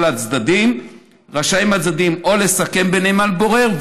לצדדים רשאים הצדדים או לסכם ביניהם על בורר,